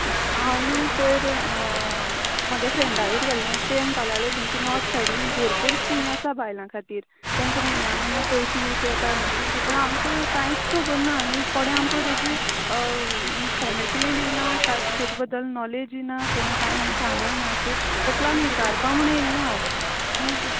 हांव न्ही पयर म्हागे फ्रेंडागेर गेल्लें तें म्हणपाक लागलें तांचे नोर्थ सायडीन भरपूर स्किम आसा बायलां खातीर तेंका म्हयन्या म्हयन्या पयशें बियशें येता म्हण पूण आमकां कांयच खबंर ना न्ही कोणे आमकां तेजी इंफमेशनय दिलना कांय तेजे बद्दल नोलेजय दिलना कोणे कांय आमकां सांगय ना तेंका लागून विचारपाक म्हण येल्लें हांव